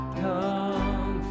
come